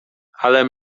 ale